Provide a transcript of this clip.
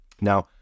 Now